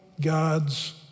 God's